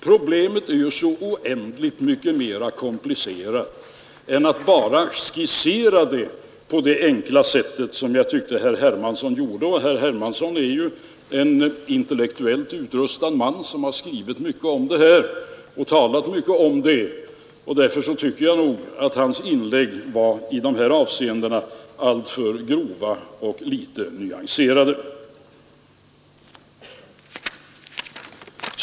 Problemet är så oändligt mycket mera komplicerat än man kan tro när herr Hermansson skisserar det på ett så enkelt sätt som han gjorde. Herr Hermansson är ju en intellektuellt utrustad man som har skrivit och talat mycket om detta — därför tycker jag att hans inlägg i dessa avseenden var alltför grovt och alltför litet nyanserat.